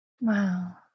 Wow